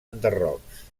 enderrocs